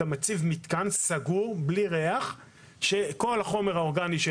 אתה מציב מתקן סגור בלי ריח שכל החומר האורגני של